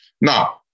Now